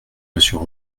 monsieur